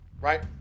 right